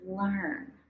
Learn